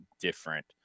different